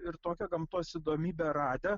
ir tokią gamtos įdomybę radę